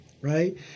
Right